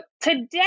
today